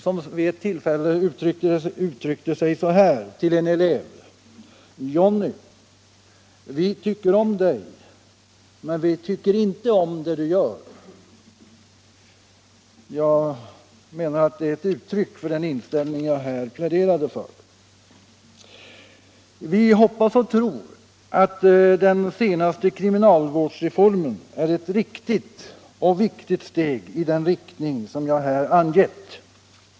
Han uttryckte sig vid ett tillfälle så här till en elev: Johnny, vi tycker om dej, men vi tycker inte om det du gör. Det är ett uttryck för den inställning jag här pläderar för. Vi hoppas och tror att den senaste kriminalvårdsreformen är ett riktigt och viktigt steg i den riktning som jag här angivit.